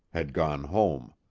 had gone home.